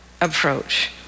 approach